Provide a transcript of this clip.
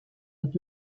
und